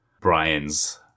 Brian's